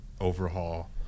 overhaul